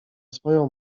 swoją